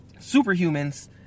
Superhumans